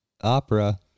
opera